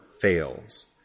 fails